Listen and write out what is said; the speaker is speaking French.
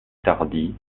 tardy